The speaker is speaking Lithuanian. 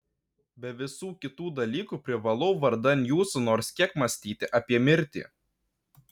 be visų kitų dalykų privalau vardan jūsų nors kiek mąstyti apie mirtį